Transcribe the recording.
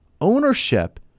ownership